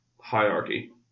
hierarchy